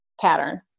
pattern